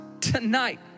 tonight